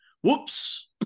whoops